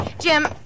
Jim